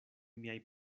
miaj